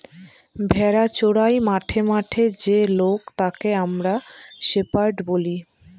ভেড়া চোরাই মাঠে মাঠে যে লোক তাকে আমরা শেপার্ড বলি